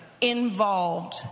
involved